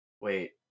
Wait